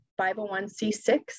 501c6